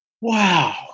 Wow